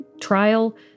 trial